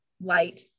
light